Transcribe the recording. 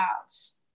house